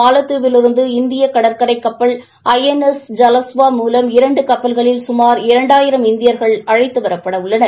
மாலத்தீவிலிருந்து இந்திய கடற்பளட கப்பல் ஐ என் எஸ் ஜலஸ்வா முலம் இரண்டு கப்பல்களில் சுமார் இரண்டாயிரம் இந்தியர்கள் அழைத்து வரப்படவுள்ளனர்